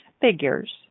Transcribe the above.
figures